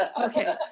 Okay